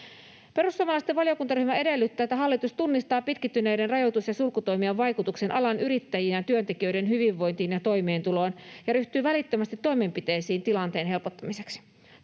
Perussuomalaisten valiokuntaryhmä edellyttää, että hallitus tunnistaa pitkittyneiden rajoitus- ja sulkutoimien vaikutuksen alan yrittäjien ja työntekijöiden hyvinvointiin ja toimeentuloon ja ryhtyy välittömästi toimenpiteisiin tilanteen helpottamiseksi.